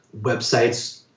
websites